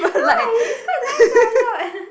no ah it it's quite nice ah